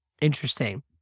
Interesting